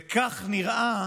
וכך נראה